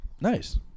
Nice